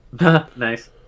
Nice